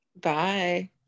Bye